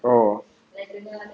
oh